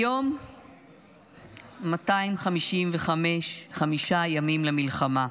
היום הוא היום ה-255 למלחמה,